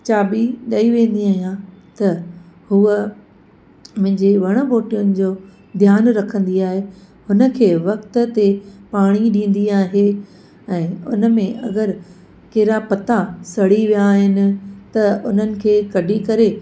चाॿी ॾेई वेंदी आहियां त हू मुंहिंजे वण ॿूटियुनि जो ध्यानु रखंदी आहे हुन खे वक़्त ते पाणी ॾींदी आहे ऐं उन में अगरि कहिड़ा पता सड़ी विया आहिनि त उन्हनि खे कढी करे